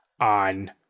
on